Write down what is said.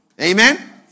Amen